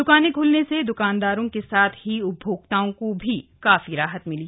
द्कानें ख्लने से द्कानदारों के साथ ही उपभोक्ताओं को काफी राहत मिली